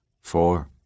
Four